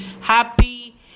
happy